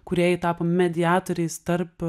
kurėjai tapo mediatoriais tarp